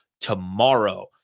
tomorrow